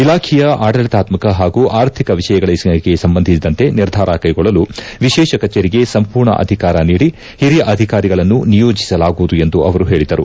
ಇಲಾಖೆಯ ಆಡಳಿತಾತ್ನಕ ಹಾಗೂ ಆರ್ಥಿಕ ವಿಷಯಗಳಿಗೆ ಸಂಬಂಧಿಸಿದಂತೆ ನಿರ್ಧಾರ ಕೈಗೊಳ್ಳಲು ವಿಶೇಷ ಕಚೇರಿಗೆ ಸಂಪೂರ್ಣ ಅಧಿಕಾರ ನೀಡಿ ಹಿರಿಯ ಅಧಿಕಾರಿಯನ್ನು ನಿಯೋಜಿಸಲಾಗುವುದು ಎಂದು ಅವರು ಹೇಳಿದರು